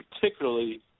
particularly